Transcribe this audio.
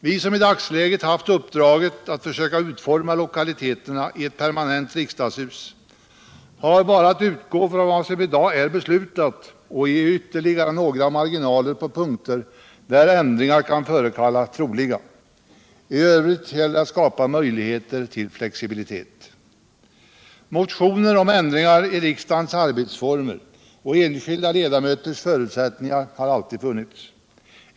Vi som i dagsläget haft uppdraget att försöka utforma lokaliteterna i ett permanent riksdagshus har bara att utgå från vad som i dag är beslutat och ge ytterligare några marginaler på punkter där ändringar kan förefalla troliga. I övrigt gäller det att skapa möjligheter till flexibilitet. Motioner om ändringar i riksdagens arbetsformer och enskilda ledamöters förutsättningar har alltid funnits.